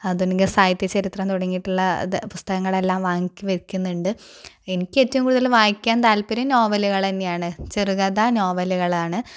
ആധുനിക സാഹിത്യ ചരിത്രം തുടങ്ങിയിട്ടുള്ള ഇത് പുസ്തകങ്ങളെല്ലാം വങ്ങിച്ച് വയ്ക്കുന്നുണ്ട് എനിക്ക് ഏറ്റവും കൂടുതൽ വായിക്കാൻ താൽപ്പര്യം നോവലുകൾ തന്നെയാണ് ചെറുകഥ നോവലുകളാണ്